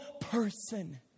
person